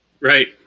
right